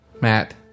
Matt